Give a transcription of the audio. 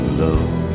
love